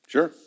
Sure